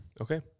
Okay